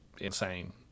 insane